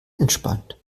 entspannt